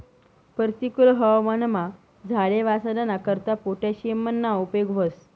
परतिकुल हवामानमा झाडे वाचाडाना करता पोटॅशियमना उपेग व्हस